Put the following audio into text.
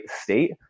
state